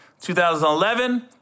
2011